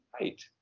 right